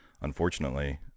unfortunately